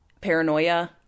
paranoia